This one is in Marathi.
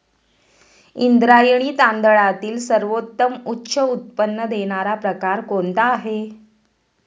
इंद्रायणी तांदळातील सर्वोत्तम उच्च उत्पन्न देणारा प्रकार कोणता आहे?